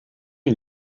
and